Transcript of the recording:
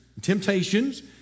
temptations